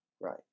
Right